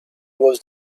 was